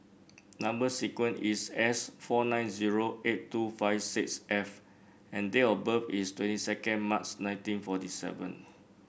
number sequence is S four nine zero eight two five six F and date of birth is twenty second March nineteen forty seven